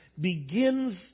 begins